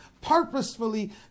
purposefully